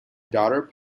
daughter